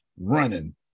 running